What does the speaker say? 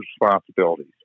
responsibilities